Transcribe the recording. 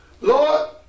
Lord